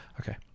okay